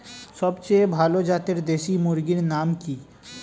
সবচেয়ে ভালো জাতের দেশি মুরগির নাম কি?